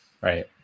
Right